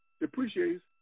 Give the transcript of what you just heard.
depreciates